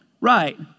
Right